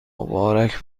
مبارک